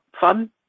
fun